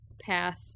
path